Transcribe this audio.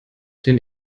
den